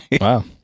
Wow